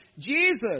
Jesus